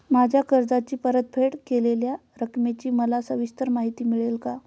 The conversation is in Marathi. माझ्या कर्जाची परतफेड केलेल्या रकमेची मला सविस्तर माहिती मिळेल का?